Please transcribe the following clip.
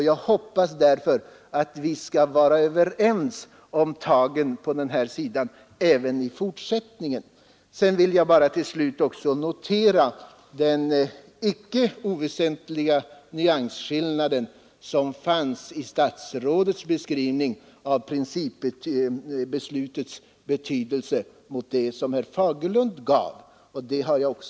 Jag hoppas därför att vi skall vara överens om tagen i den här frågan även i fortsättningen. Till slut vill jag också notera den icke oväsentliga nyansskillnad som fanns mellan statsrådets beskrivning av principbeslutets betydelse och herr Fagerlunds.